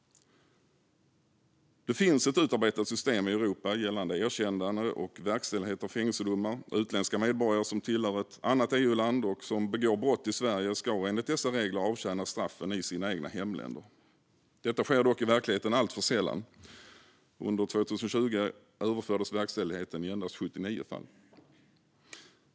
Det finns ett utarbetat system i Europa gällande erkännande och verkställighet av fängelsedomar. Utländska medborgare som tillhör ett annat EU-land och som begår brott i Sverige ska enligt dessa regler avtjäna straffen i sina egna hemländer. Det sker dock alltför sällan i verkligheten. Under 2020 överfördes verkställigheten i endast 79 fall.